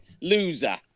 Loser